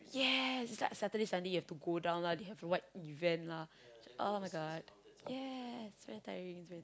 yes it's like Saturday Sunday you have to go down lah they have the what event lah [oh]-my-god yes it's very tiring it's very tiring